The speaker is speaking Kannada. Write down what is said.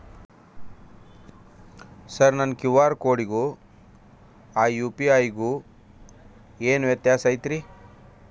ಸರ್ ನನ್ನ ಕ್ಯೂ.ಆರ್ ಕೊಡಿಗೂ ಆ ಯು.ಪಿ.ಐ ಗೂ ಏನ್ ವ್ಯತ್ಯಾಸ ಐತ್ರಿ?